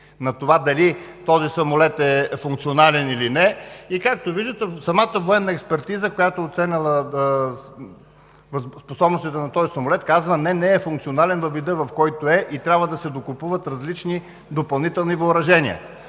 на това дали този самолет е функционален или не. Както виждате, самата военна експертиза, която е оценила способностите на този самолет, казва не, не е функционален във вида, в който е, и трябва да се докупуват различни допълнителни въоръжения.